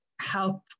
help